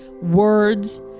words